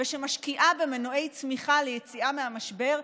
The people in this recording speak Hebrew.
ושמשקיעה במנועי צמיחה ליציאה מהמשבר,